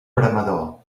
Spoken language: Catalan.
veremador